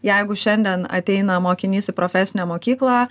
jeigu šiandien ateina mokinys į profesinę mokyklą